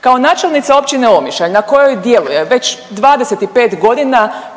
Kao načelnica Općine Omišalj na kojoj djeluje već 25 godina